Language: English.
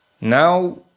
now